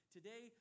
Today